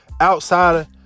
outside